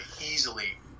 easily